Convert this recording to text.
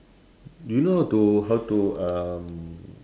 do you know how to how to um